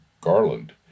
Garland